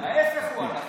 ההפך הוא הנכון.